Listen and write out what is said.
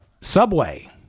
Subway